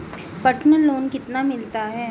Personal loan कितना मिलता है?